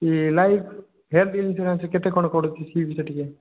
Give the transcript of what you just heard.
ଇଏ life health insurance କେତେ କ'ଣ ପଡ଼ୁଛି ସିଏ ବି ତ ଟିକେ